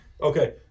Okay